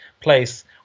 place